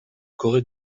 corée